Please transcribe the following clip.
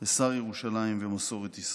לשר ירושלים ומסורת ישראל.